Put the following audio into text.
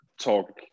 talk